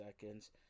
seconds